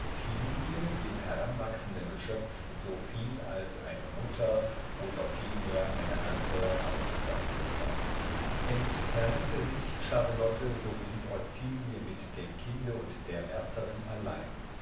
dem heranwachsenden geschöpf soviel als eine mutter oder vielmehr eine andre art von mutter entfernte sich charlotte so blieb ottilie mit dem kinde und der wärterin allein